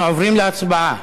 אנחנו עוברים להצבעה.